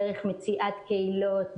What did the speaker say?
דרך מציאת קהילות,